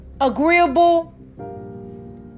agreeable